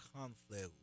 conflict